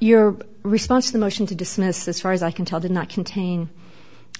your response the motion to dismiss as far as i can tell did not contain